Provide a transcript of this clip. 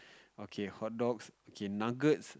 okay hot dogs okay nuggets